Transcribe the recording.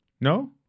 No